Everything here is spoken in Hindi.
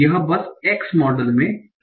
यह बस x मॉडल में एक लॉगिंग है